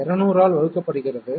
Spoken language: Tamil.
200 ஆல் வகுக்கப்படுகிறது